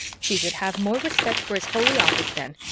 she should have more respect for his holy office, then,